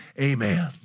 Amen